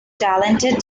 talented